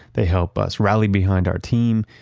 they help us rally behind our team,